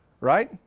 Right